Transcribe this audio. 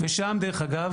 ושם, דרך אגב